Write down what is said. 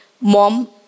mom